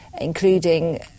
including